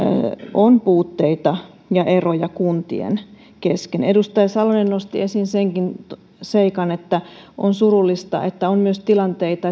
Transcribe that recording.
on puutteita ja eroja kuntien kesken edustaja salonen nosti esiin senkin seikan että on surullista että on myös tilanteita